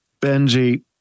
Benji